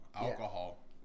Alcohol